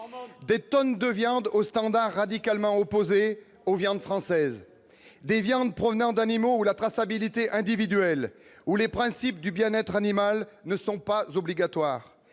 des tonnes de viande au standard radicalement opposée aux viandes françaises des viandes provenant d'animaux ou la traçabilité individuelle ou les principes du bien-être animal ne sont pas obligatoires